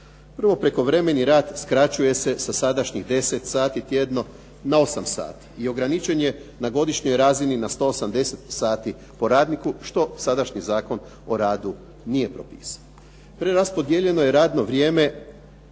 Prvo, prekovremeni rad skraćuje se sa sadašnjih 10 sati tjedno na 8 sati i ograničen je na godišnjoj razini na 180 sati po radniku što sadašnji Zakon o radu nije propisao. Preraspodijeljeno je radno vrijeme.